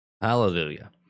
hallelujah